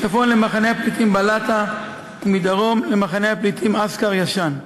מצפון למחנה הפליטים בלאטה ומדרום למחנה הפליטים עסכר הישן.